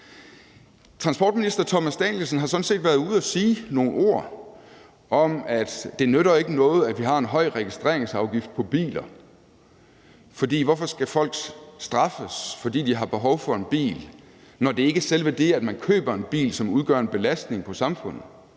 Transportministeren har sådan set været ude og sige nogle ord om, at det ikke nytter noget, at vi har en høj registreringsafgift på biler, for hvorfor skal folk straffes, fordi de har behov for en bil, når det ikke er selve det, at man køber en bil, som udgør en belastning for samfundet.